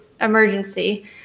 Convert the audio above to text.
emergency